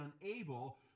unable